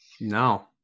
No